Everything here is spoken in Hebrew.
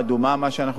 מה שאנחנו קוראים,